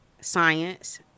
science